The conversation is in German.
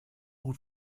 gut